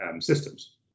systems